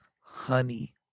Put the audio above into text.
honey